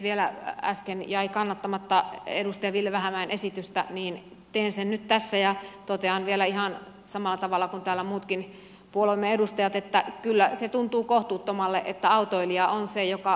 vielä kun äsken jäi kannattamatta edustaja ville vähämäen esitystä niin teen sen nyt tässä ja totean vielä ihan samalla tavalla kuin täällä muutkin puolueemme edustajat että kyllä se tuntuu kohtuuttomalta että autoilija on se joka laskun maksaa